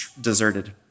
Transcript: deserted